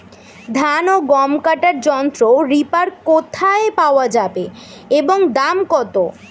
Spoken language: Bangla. ধান ও গম কাটার যন্ত্র রিপার কোথায় পাওয়া যাবে এবং দাম কত?